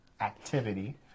activity